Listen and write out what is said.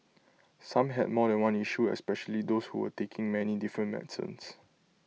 some had more than one issue especially those who were taking many different medicines